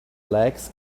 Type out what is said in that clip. legs